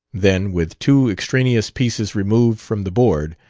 then, with two extraneous pieces removed from the board,